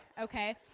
okay